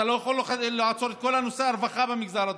אתה לא יכול לעצור את כל נושא הרווחה במגזר הדרוזי,